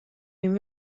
این